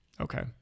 Okay